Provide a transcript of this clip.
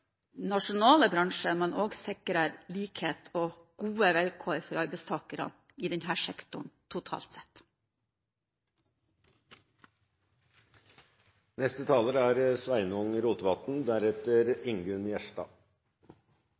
nasjonale bransje og likhet og gode vilkår for arbeidstakere i denne sektoren totalt sett. Først er